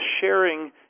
sharing